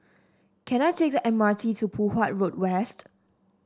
can I take the M R T to Poh Huat Road West